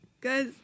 Guys